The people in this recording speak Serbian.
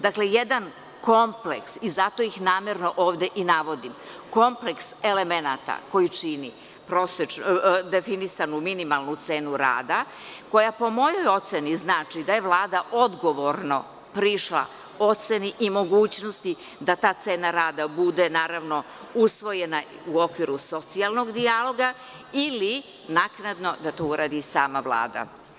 Dakle, jedan kompleks i zato ih namerno ovde i navodim, kompleks elemenata koji čini definisanu minimalnu cenu rada, koja po mojoj oceni znači da je Vlada odgovorno prišla oceni i mogućnosti da ta cena rada bude naravno usvojena u okviru socijalnog dijaloga ili naknadno da to uradi sama Vlada.